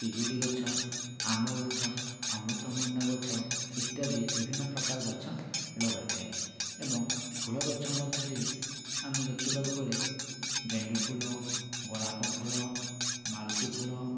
ପିଜୁଳି ଗଛ ଆମ୍ବ ଗଛ ଅମୃତଭଣ୍ଡା ଗଛ ଇତ୍ୟାଦି ବିଭିନ୍ନ ପ୍ରକାର ଗଛ ଲଗାଇ ଥାଏ ଏବଂ ଫୁଲ ଗଛ ମଧ୍ୟରେ ଆମେ ଦେଖିବାକୁ ଗଲେ ଗେଣ୍ଡୁ ଫୁଲ ଗୋଳାପ ଫୁଲ ମାଳତୀ ଫୁଲ